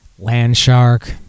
Landshark